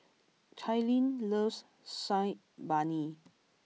Cailyn loves Saag Paneer